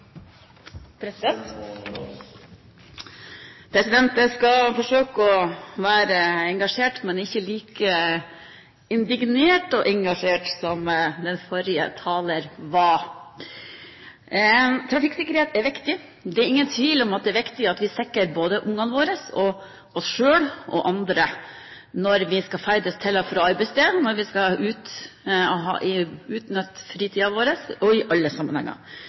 skal forsøke å være engasjert, men ikke like indignert engasjert som forrige taler var. Trafikksikkerhet er viktig. Det er ingen tvil om at det er viktig at vi sikrer både ungene våre, oss selv og andre når vi skal ferdes til og fra arbeidsstedet, og når vi skal utnytte fritiden vår. I alle sammenhenger er trafikksikkerhet viktig. Senterpartiet er også opptatt av at